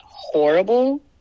Horrible